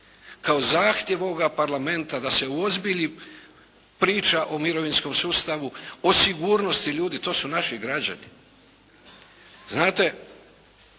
kao zahtjev ovoga parlamenta da se uozbilji, priča o mirovinskom sustavu, o sigurnosti ljudi. To su naši građani.